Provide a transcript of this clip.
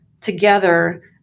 together